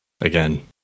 Again